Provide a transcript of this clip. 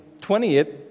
28